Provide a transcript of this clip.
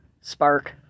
Spark